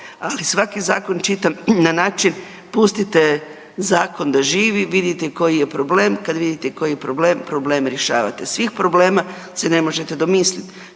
ali svaki zakon čitam na način, pustite zakon da živi, vidite koji je problem, kada vidite koji je problem, problem rješavate. Svih problema se ne možete domisliti,